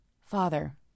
Father